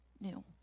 new